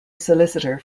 solicitor